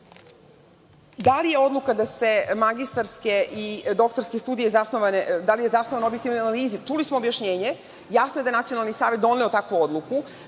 li je odluka da se magistarske i doktorske studije zasnovana na objektivnoj analizi? Čuli smo objašnjenje. Jasno je da je Nacionalni savet doneo takvu odluku.